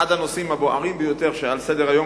אחד הנושאים הבוערים ביותר שעל סדר-היום